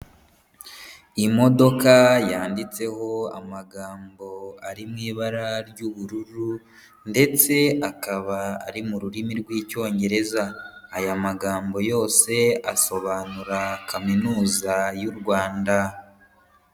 Imodoka yanditseho amagambo ari mu ibara ry'ubururu ndetse akaba ari mu rurimi rw'Icyongereza. Aya magambo yose asobanura Kaminuza y'u Rwanda.